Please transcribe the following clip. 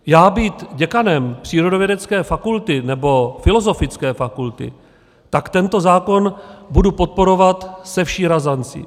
Já být děkan přírodovědecké fakulty nebo filozofické fakulty, tak tento zákon budu podporovat se vší razancí.